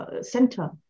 Center